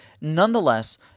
Nonetheless